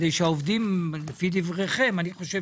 אני חושב שהעובדים לא ייפגעו.